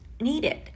needed